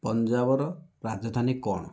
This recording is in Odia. ପଞ୍ଜାବର ରାଜଧାନୀ କ'ଣ